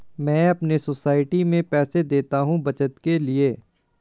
मैं अपने सोसाइटी में पैसे देता हूं बचत के लिए